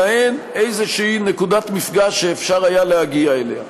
אלא הן איזו נקודת מפגש שאפשר היה להגיע אליה.